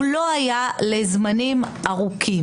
הוא לא היה לזמנים ארוכים.